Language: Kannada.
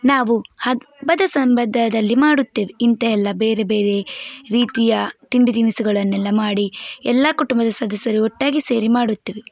ನಾವು ಹಬ್ಬದ ಸಂದರ್ಭದಲ್ಲಿ ಮಾಡುತ್ತೇವೆ ಇಂತ ಎಲ್ಲ ಬೇರೆ ಬೇರೆ ರೀತಿಯ ತಿಂಡಿ ತಿನಿಸುಗಳನ್ನೆಲ್ಲ ಮಾಡಿ ಎಲ್ಲ ಕುಟುಂಬದ ಸದಸ್ಯರು ಒಟ್ಟಾಗಿ ಸೇರಿ ಮಾಡುತ್ತೇವೆ